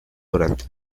durante